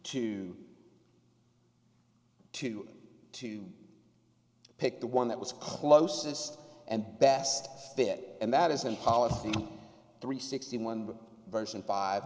to you to pick the one that was closest and best fit and that isn't policy three sixty one version five